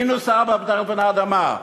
מתחת לפני האדמה,